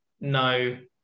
No